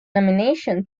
nomination